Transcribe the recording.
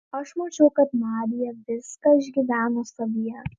aš mačiau kad nadia viską išgyveno savyje